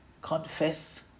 confess